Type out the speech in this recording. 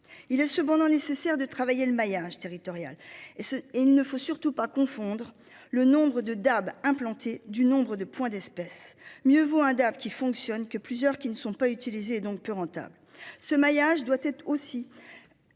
Il est cependant nécessaire de travailler le maillage territorial et se et il ne faut surtout pas confondre le nombre de DAB implanté du nombre de points d'espèces. Mieux vaut un Dave qui fonctionnent que plusieurs qui ne sont pas utilisées, donc plus rentable ce maillage doit être aussi.